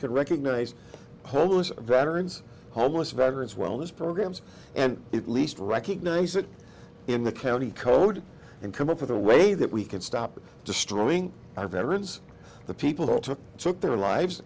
could recognize homeless veterans homeless veterans wellness programs and it least recognize it in the county code and come up with a way that we can stop destroying i've ever since the people took took their lives